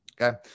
okay